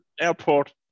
Airport